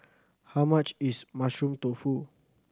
how much is Mushroom Tofu